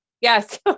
Yes